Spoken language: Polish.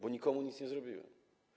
Bo nikomu nic nie zrobiłem.